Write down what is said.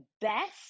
best